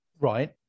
right